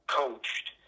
coached